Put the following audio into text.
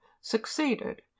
succeeded